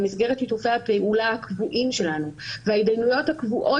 במסגרת שיתופי הפעולה הקבועים שלנו וההתדיינויות הקבועות